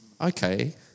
Okay